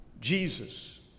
Jesus